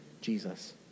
Jesus